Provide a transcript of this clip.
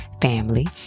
family